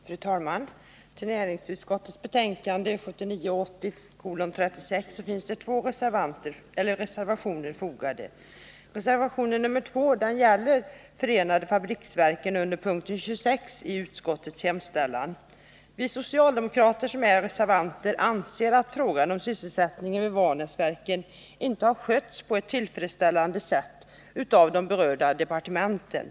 Fru talman! Till näringsutskottets betänkande 1979/80:36 finns två reservationer fogade. Reservation 2 gäller förenade fabriksverken, som behandlas under punkt 26 i utskottets hemställan. Vi socialdemokratiska reservanter anser att frågan om sysselsättningen vid Vanäsverken inte har skötts på ett tillfredsställande sätt av de berörda departementen.